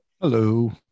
Hello